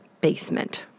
basement